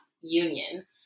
Union